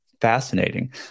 fascinating